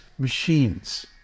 machines